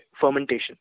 fermentation